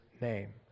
name